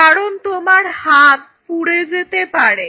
কারণ তোমার হাত পুড়ে যেতে পারে